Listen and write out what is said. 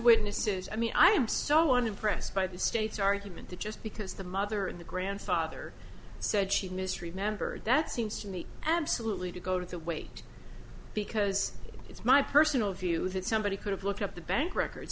witnesses i mean i am so unimpressed by the state's argument that just because the mother and the grandfather said she misremembered that seems to me absolutely to go to the weight because it's my personal view that somebody could have looked at the bank records